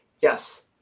Yes